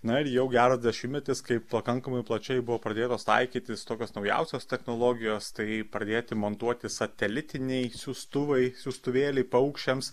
na ir jau geras dešimtmetis kai pakankamai plačiai buvo pradėtos taikytis tokios naujausios technologijos tai pradėti montuoti satelitiniai siųstuvai siųstuvėliai paukščiams